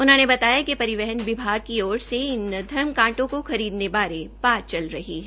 उन्होंने बताया कि परिवहन विभाग की ओर से इन धर्म कांटों को खरीदने बारे बात चल रही है